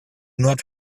not